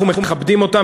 אנחנו מכבדים אותם,